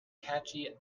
catchy